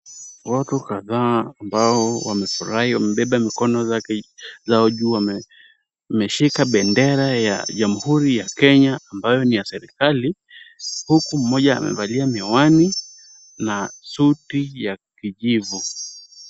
Watu kadhaa ambao wamefurahi wamebeba mikono zao juu wameshika bendera ya Jamhuri ya Kenya ambayo ni ya serikali, huku mmoja amevalia miwani na suti ya kijivu.